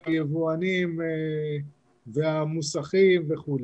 גם יבואנים והמוסכים וכו'